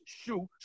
shoe